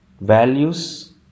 Values